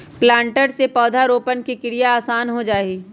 planter से पौधरोपण के क्रिया आसान हो जा हई